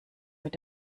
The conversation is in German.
mit